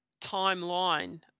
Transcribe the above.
timeline